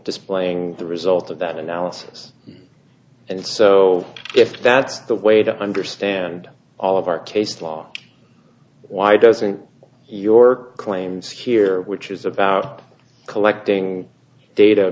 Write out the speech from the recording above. displaying the results of that analysis and so if that's the way to understand all of our case law why doesn't your claims here which is about collecting data